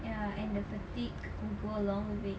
ya and the fatigue will go along with it